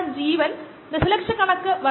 അതിനാൽ നശീകരണത്തിന്റെ 3 രീതികൾ